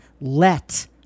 Let